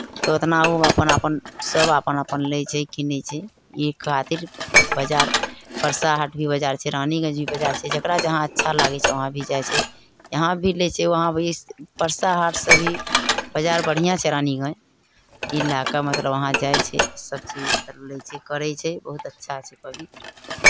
तऽ उतना ओ अपन अपन सभ अपन अपन लै छै कीनै छै एहि खातिर बाजार परसा हाट भी बाजार छै रानीगंज भी बाजार छै जकरा जहाँ अच्छा लागै छै वहाँ भी जाइ छै यहाँ भी लै छै वहाँ भी परसा हाटसँ भी बाजार बढ़िआँ छै रानीगंज ई लए कऽ मतलब वहाँ जाइ छै सभचीज मतलब लै छै करै छै बहुत अच्छा छै पवित्र